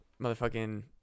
motherfucking